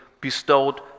bestowed